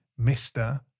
Mr